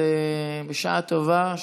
אז בשעה טובה.